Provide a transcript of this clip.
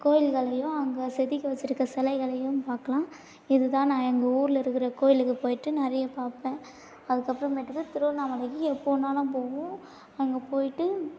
கோயில்களையும் அங்கே செதுக்கி வச்சிருக்க சிலைகளையும் பார்க்கலாம் இது தான் நான் எங்கள் ஊரில் இருக்கிற கோயிலுக்கு போய்விட்டு நிறையா பார்ப்பேன் அதுக்கப்புறமேட்டுக்கு திருவண்ணாமலைக்கு எப்போ வேணாலும் போவோம் அங்கே போய்விட்டு